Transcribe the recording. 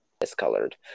discolored